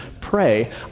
pray